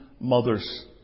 mothers